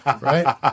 right